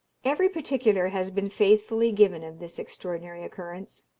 every particular has been faithfully given of this extraordinary occurrence.